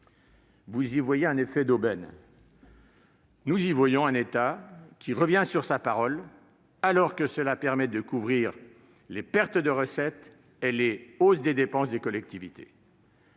Vous y voyez un effet d'aubaine, nous y voyons un État qui revient sur sa parole, alors que cette mesure permet de couvrir les pertes de recettes et les hausses des dépenses des collectivités.